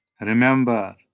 Remember